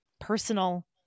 personal